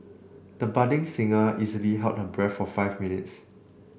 the budding singer easily held her breath for five minutes